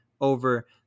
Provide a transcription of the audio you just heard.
over